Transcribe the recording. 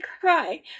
cry